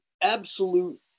absolute